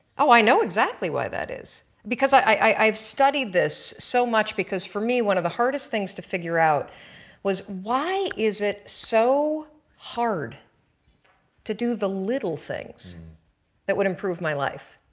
ah i know exactly why that is because i've studied this so much, because for me one of the hardest things to figure out was why is it so hard to do the little things that would improve my life.